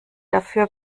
dafür